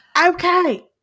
okay